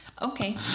Okay